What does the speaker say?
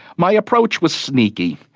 my approach was sneaky.